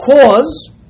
cause